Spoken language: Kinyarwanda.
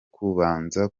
kubanza